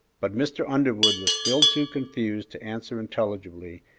but mr. underwood was still too confused to answer intelligibly,